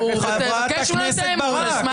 יש הלכה פסוקה.